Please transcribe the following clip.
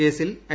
കേസിൽ ഐ